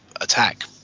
attack